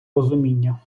розуміння